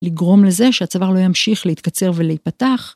לגרום לזה שהצוואר לא ימשיך להתקצר ולהיפתח.